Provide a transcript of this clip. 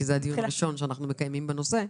מאחר שזה הדיון הראשון שאנחנו מקיימים בנושא,